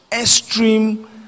extreme